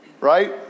right